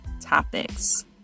topics